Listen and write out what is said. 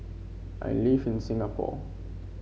I live in Singapore